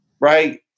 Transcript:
Right